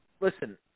Listen